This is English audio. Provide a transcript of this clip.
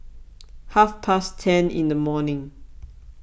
half past ten in the morning